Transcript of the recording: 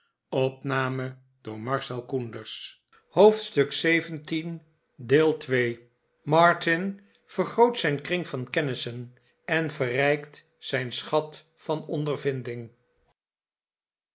hoofdstuk xvii martin vergroot zijn kring van kennissen en verrijkt zijn schat van ondervinding